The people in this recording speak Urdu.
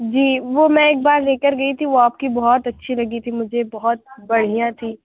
جی وہ میں ایک بار لے کر گئی تھی وہ آپ کی بہت اچھی لگی تھی مجھے بہت بڑھیا تھی